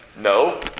No